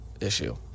issue